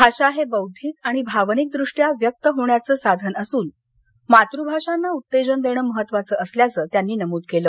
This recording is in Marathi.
भाषा हे बौद्धिक आणि भावनिकदृष्ट्या व्यक्त होण्याचं साधन असून मातृभाषांना उत्तेजन देणं महत्त्वाचं असल्याचं त्यांनी नमूद केलं